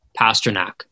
Pasternak